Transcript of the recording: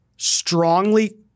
strongly